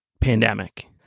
pandemic